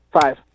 Five